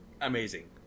amazing